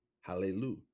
Hallelujah